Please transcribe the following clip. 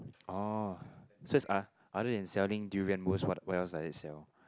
oh so it's other than selling durian what else does he sell